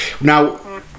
Now